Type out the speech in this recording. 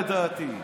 לדעתי.